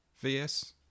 VS